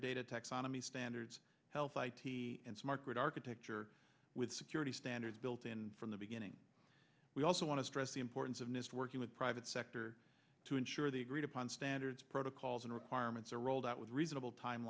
data taxonomy standards health i t and smart grid architecture with security standards built in from the beginning we also want to stress the importance of nist working with private sector to ensure the agreed upon standards protocols and requirements are rolled out with reasonable time